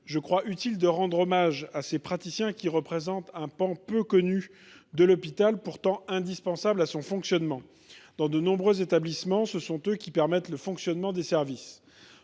Je crois utile de rendre hommage à ces praticiens, qui représentent un pan peu connu de l’hôpital, pourtant indispensable à son fonctionnement. Dans de nombreux établissements, ce sont eux qui permettent le fonctionnement des services.